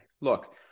look –